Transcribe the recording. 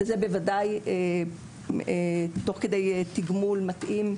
וזה בוודאי תוך כדי תגמול מתאים.